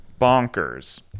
Bonkers